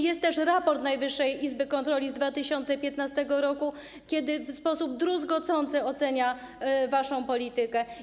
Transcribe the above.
Jest też raport Najwyższej Izby Kontroli z 2015 r., który w sposób druzgocący ocenia waszą politykę.